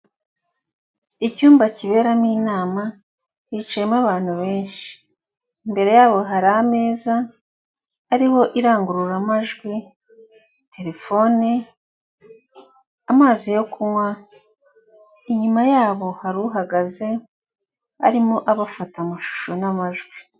Icyumba kiberamo inama hicayemo abantu benshi mbere yabo hari ameza ariho irangururamajwi, telefone , amazi yo kunywa inyuma yabo hari uhagaze arimo abafata amashusho n'amajwi.